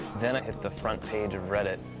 then it hit the front page of reddit,